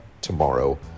tomorrow